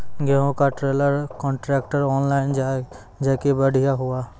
गेहूँ का trailer contractor online जाए जैकी बढ़िया हुआ